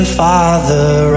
father